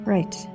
Right